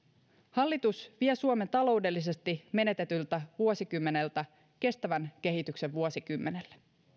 hallitus vie suomen taloudellisesti menetetyltä vuosikymmeneltä kestävän kehityksen vuosikymmenelle